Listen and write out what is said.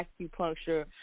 acupuncture